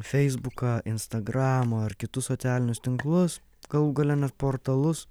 feisbuką instagramą ar kitus socialinius tinklus galų gale net portalus